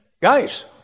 Guys